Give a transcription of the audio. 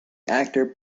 actor